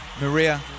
Maria